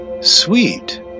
sweet